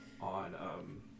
on